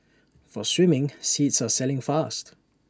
for swimming seats are selling fast